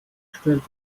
stellt